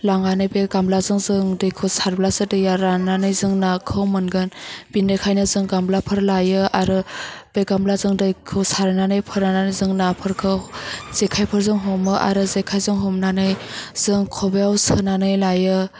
लांनानै बे गाम्लाजों जों दैखौ सारब्लासो दैआ रान्नानै जों नाखौ मोनगोन बिनिखायनो जों गाम्लाफोर लायो आरो बे गाम्लाजों दैखौ सारनानै फोरनानै जों नाफोरखौ जेखाइफोरजों हमो आरो जेखाइजों हमनानै जों ख'बाइआव सोनानै लायो